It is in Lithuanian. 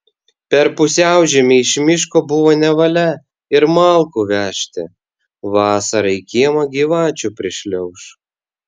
per pusiaužiemį iš miško buvo nevalia ir malkų vežti vasarą į kiemą gyvačių prišliauš